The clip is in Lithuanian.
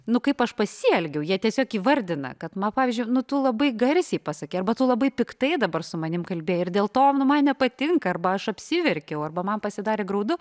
nu kaip aš pasielgiau jie tiesiog įvardina kad ma pavyzdžiui nu tu labai garsiai pasakei arba tu labai piktai dabar su manim kalbėjai ir dėl to man nepatinka arba aš apsiverkiau arba man pasidarė graudu